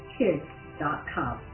kids.com